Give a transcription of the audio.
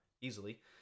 easily